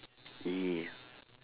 yeah